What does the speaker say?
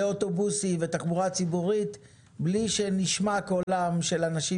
לאוטובוסים ותחבורה ציבורית בלי שנשמע קולם של אנשים